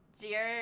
Dear